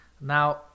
Now